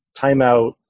timeout